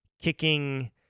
Kicking